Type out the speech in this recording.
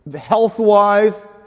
health-wise